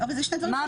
בוודאי.